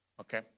Okay